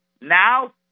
Now